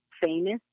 famous